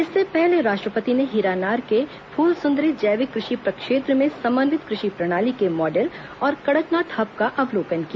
इससे पहले राष्ट्रपति ने हीरानार के फूलसुंदरी जैविक कृषि प्रक्षेत्र में समन्वित कृषि प्रणाली के मॉडल और कड़कनाथ हब का अवलोकन किया